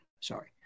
Sorry